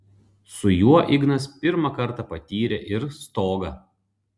su juo ignas pirmą kartą patyrė ir stogą